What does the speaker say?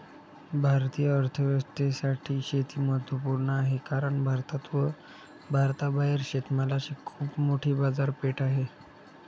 भारतीय अर्थव्यवस्थेसाठी शेती महत्वपूर्ण आहे कारण भारतात व भारताबाहेर शेतमालाची खूप मोठी बाजारपेठ आहे